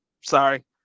Sorry